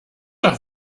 doch